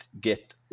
get